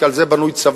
כי על זה בנוי צבא,